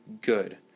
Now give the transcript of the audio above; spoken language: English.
good